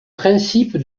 principe